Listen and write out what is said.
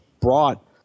brought